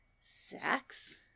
sex